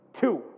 Two